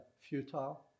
futile